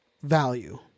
value